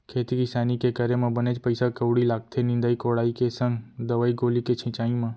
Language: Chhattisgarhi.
खेती किसानी के करे म बनेच पइसा कउड़ी लागथे निंदई कोड़ई के संग दवई गोली के छिंचाई म